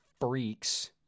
freaks